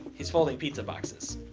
he's folding pizza boxes.